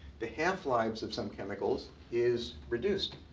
the half-lifes of some chemicals is reduced.